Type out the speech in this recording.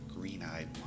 green-eyed